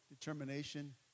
determination